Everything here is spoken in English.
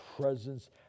presence